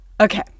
okay